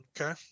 Okay